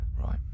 Right